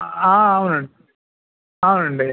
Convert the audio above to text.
అవునండి అవునండి